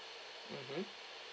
mmhmm